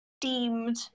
deemed